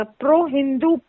pro-Hindu